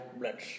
blood